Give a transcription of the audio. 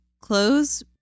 close